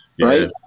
Right